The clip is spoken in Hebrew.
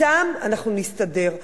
אתם אנחנו נסתדר.